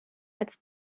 als